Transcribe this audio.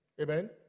Amen